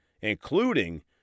including